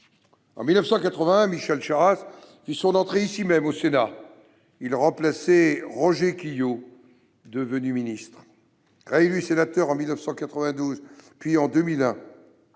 En 1981, Michel Charasse fit son entrée au Sénat ; il remplaçait Roger Quilliot, devenu ministre. Réélu sénateur en 1992 et en 2001,